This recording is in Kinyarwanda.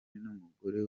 n’umugore